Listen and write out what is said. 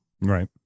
right